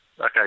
Okay